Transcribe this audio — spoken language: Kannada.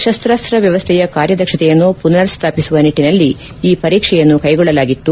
ಶಸ್ತಾಸ್ತ ವ್ವವಸ್ಥೆಯ ಕಾರ್ಯದಕ್ಷತೆಯನ್ನು ಪುನರ್ಸ್ಥಾಪಿಸುವ ನಿಟ್ಟನಲ್ಲಿ ಈ ಪರೀಕ್ಷೆಯನ್ನು ಕೈಗೊಳ್ಳಲಾಗಿತ್ತು